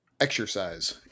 exercise